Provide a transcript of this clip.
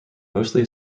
mostly